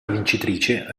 vincitrice